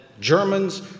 Germans